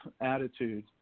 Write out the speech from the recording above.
attitude